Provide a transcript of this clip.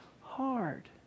hard